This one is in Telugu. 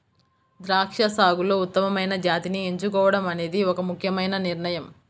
ద్రాక్ష సాగులో ఉత్తమమైన జాతిని ఎంచుకోవడం అనేది ఒక ముఖ్యమైన నిర్ణయం